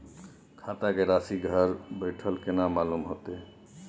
खाता के राशि घर बेठल केना मालूम होते?